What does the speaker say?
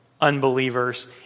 unbelievers